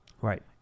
Right